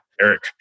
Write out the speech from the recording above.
Eric